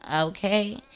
okay